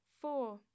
four